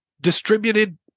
distributed